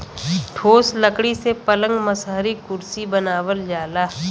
ठोस लकड़ी से पलंग मसहरी कुरसी बनावल जाला